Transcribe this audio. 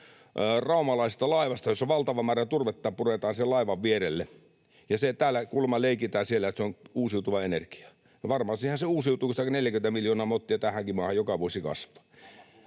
raumalaisesta laivasta, jossa valtava määrä turvetta puretaan sen laivan vierelle, ja siellä kuulemma leikitään, että se on uusiutuvaa energiaa. No, varmastihan se uusiutuu, kun sitä 40 miljoonaa mottia tähänkin maahan joka vuosi kasvaa.